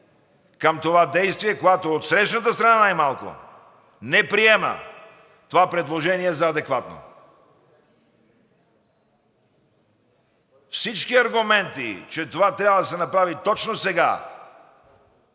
към това действие, когато отсрещната страна най-малко не приема това предложение за адекватно. Всички аргументи, че това трябва да се направи точно сега,